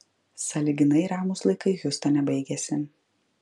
sąlyginai ramūs laikai hjustone baigėsi